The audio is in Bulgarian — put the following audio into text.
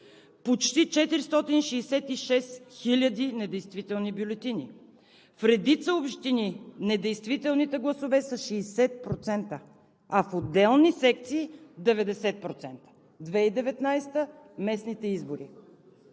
„Почти 466 000 недействителни бюлетини. В редица общини недействителните гласове са 60%, а в отделни секции – 90%.“ 2019 г. – местните избори,